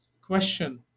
question